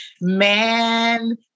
man